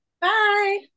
Bye